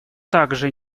также